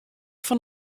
fan